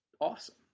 awesome